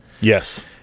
yes